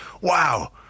wow